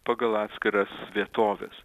pagal atskiras vietoves